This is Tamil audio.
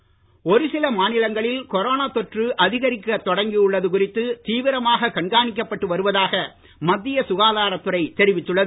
கொரோனாநாடு ஒரு சில மாநிலங்களில் கொரோனா தொற்று அதிகரிக்கத் தொடங்கியுள்ளது குறித்து தீவிரமாக கண்காணிக்கப்பட்டு வருவதாக மத்திய சுகாதாரத்துறை தெரிவித்துள்ளது